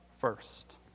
first